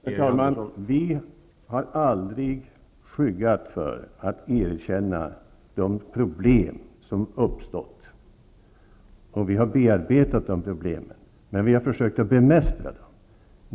Herr talman! Vi har aldrig skyggat för att erkänna de problem som har uppstått. Vi har bearbetat dem och försökt att bemästra dem.